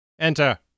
Enter